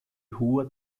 rua